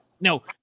No